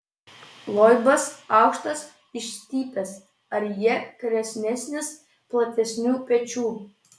loibas aukštas išstypęs arjė kresnesnis platesnių pečių